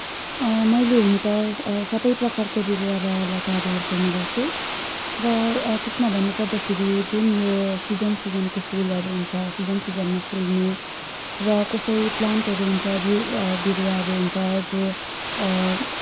मैले हुन त सबै प्रकारको बिरुवा र लताहरू हुर्काउने गर्छु र त्यसमा भन्नुपर्दाखेरि जुन यो सिजन सिजनको फुलहरू हुन्छ सिजन सिजनमा फुल्ने र कसै प्लान्टहरू हुन्छ बिरु बिरुवाहरू हुन्छ जो